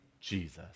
Jesus